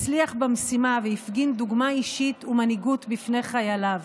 הצליח במשימה והפגין דוגמה אישית ומנהיגות בפני חייליו.